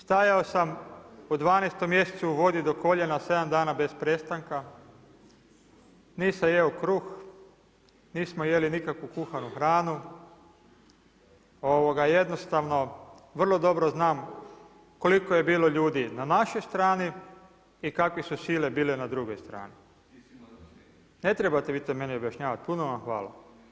Stajao sam u 12. mjesecu u vodi do koljena 7 dana bez prestanka, nisam jeo kruh, nismo jeli nikakvu kuhanu hranu, jednostavno vrlo dobro znam koliko je bilo ljudi na našoj strani i kakve su sile bile na drugoj hrani. … [[Upadica se ne čuje.]] Ne trebate vi to meni objašnjavati, puno vam hvala.